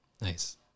Nice